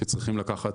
שצריכים לקחת